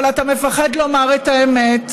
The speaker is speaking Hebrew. אבל אתה מפחד לומר את האמת,